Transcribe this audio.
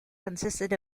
consisted